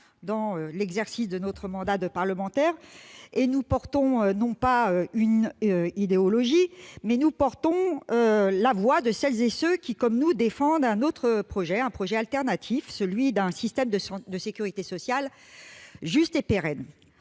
pleinement notre mandat de parlementaire. Nous portons, non pas une idéologie, mais la voix de celles et ceux qui, comme nous, défendent un autre projet, un projet alternatif, celui d'un système de sécurité sociale juste et pérenne.